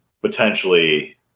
potentially